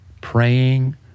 praying